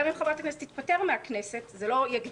גם אם חברת הכנסת תתפטר מהכנסת זה לא יגדיל